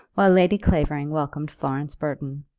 while lady clavering welcomed florence burton.